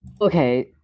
Okay